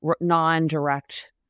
non-direct